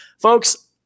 Folks